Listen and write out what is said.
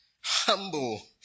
humble